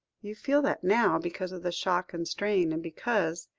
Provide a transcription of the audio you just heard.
you feel that now, because of the shock and strain, and because,